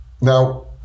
Now